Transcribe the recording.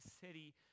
city